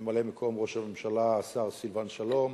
ממלא-מקום ראש הממשלה השר סילבן שלום,